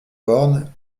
bornes